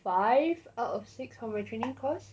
five out of six of the training course